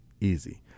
Easy